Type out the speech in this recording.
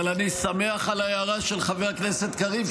אבל אני שמח על ההערה של חבר הכנסת קריב,